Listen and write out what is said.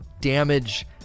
damage